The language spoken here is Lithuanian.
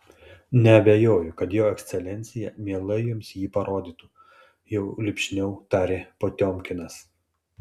neabejoju kad jo ekscelencija mielai jums jį parodytų jau lipšniau tarė potiomkinas